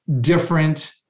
different